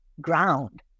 ground